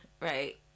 right